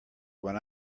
when